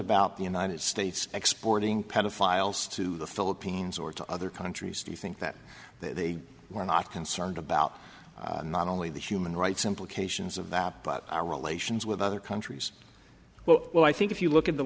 about the united states exporting pedophiles to the philippines or to other countries do you think that they were not concerned about not only the human rights implications of that but our relations with other countries well well i think if you look at the